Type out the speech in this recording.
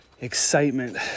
excitement